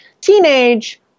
teenage